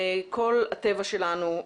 כל הטבע שלנו,